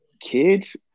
kids